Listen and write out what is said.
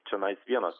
čionais vienas